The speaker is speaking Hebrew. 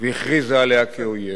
והכריזה עליה כאויב,